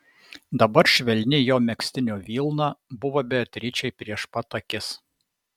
dabar švelni jo megztinio vilna buvo beatričei prieš pat akis